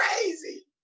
Crazy